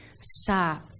Stop